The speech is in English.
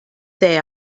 they